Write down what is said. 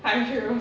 hi feroz